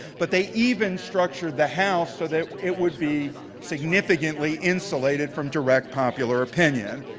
but they even structured the house so that it would be significantly insulated from direct popular opinion.